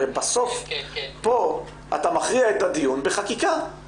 הרי בסוף פה אתה מכריע את הדיון בחקיקה,